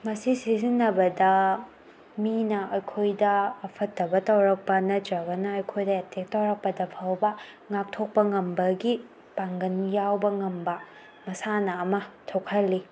ꯃꯁꯤ ꯁꯤꯖꯤꯟꯅꯕꯗ ꯃꯤꯅ ꯑꯩꯈꯣꯏꯗ ꯑꯐꯠꯇꯕ ꯇꯧꯔꯛꯄ ꯅꯠꯇ꯭ꯔꯒꯅ ꯑꯩꯈꯣꯏꯗ ꯑꯦꯇꯦꯛ ꯇꯧꯔꯛꯄꯗ ꯐꯥꯎꯕ ꯉꯥꯛꯊꯣꯛꯄ ꯉꯝꯕꯒꯤ ꯄꯥꯡꯒꯜ ꯌꯥꯎꯕ ꯉꯝꯕ ꯃꯁꯥꯟꯅ ꯑꯃ ꯊꯣꯛꯍꯜꯂꯤ